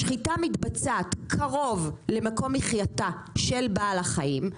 השחיטה מתבצעת קרוב למקום מחייתה של בעל החיים,